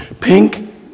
Pink